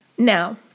Now